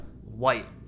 White